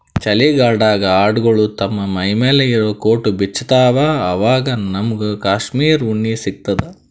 ಚಳಿಗಾಲ್ಡಾಗ್ ಆಡ್ಗೊಳು ತಮ್ಮ್ ಮೈಮ್ಯಾಲ್ ಇರಾ ಕೋಟ್ ಬಿಚ್ಚತ್ತ್ವಆವಾಗ್ ನಮ್ಮಗ್ ಕಾಶ್ಮೀರ್ ಉಣ್ಣಿ ಸಿಗ್ತದ